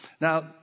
now